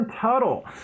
Tuttle